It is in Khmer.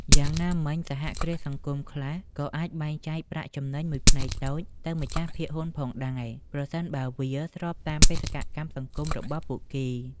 យ៉ាងណាមិញ សហគ្រាសសង្គមខ្លះក៏អាចបែងចែកប្រាក់ចំណេញមួយផ្នែកតូចទៅម្ចាស់ភាគហ៊ុនផងដែរ ប្រសិនបើវាស្របតាមបេសកកម្មសង្គមរបស់ពួកគេ ។